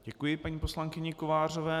Děkuji paní poslankyni Kovářové.